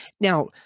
Now